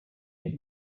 més